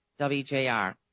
WJR